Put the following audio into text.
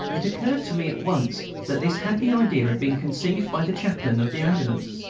it occurred to me at once that this happy idea had been conceived by the chaplain of the ambulance,